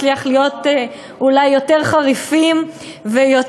אולי לא נצליח להיות יותר חריפים ויותר